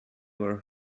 were